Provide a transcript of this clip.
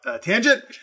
tangent